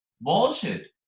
bullshit